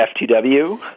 FTW